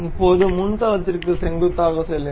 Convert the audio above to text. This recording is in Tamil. இப்போது முன் தளத்திற்கு செங்குத்தாக செல்லுங்கள்